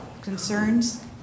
concerns